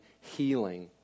healing